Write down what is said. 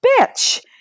bitch